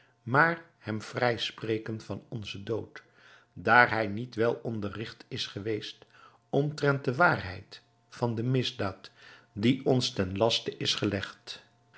maar hem vrijspreken van onzen dood daar hij niet wel onderrigt is geweest omtrent de waarheid van de misdaad die ons ten laste is gelegd